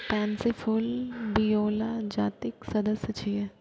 pansy फूल viola जातिक सदस्य छियै